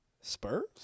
Spurs